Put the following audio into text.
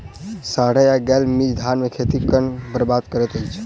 साढ़ा या गौल मीज धान केँ खेती कऽ केना बरबाद करैत अछि?